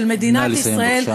של מדינת ישראל,